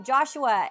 Joshua